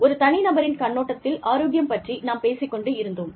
ஒரு தனிநபரின் கண்ணோட்டத்தில் ஆரோக்கியம் பற்றி நாம் பேசிக் கொண்டிருந்தோம்